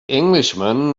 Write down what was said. englishman